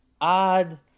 odd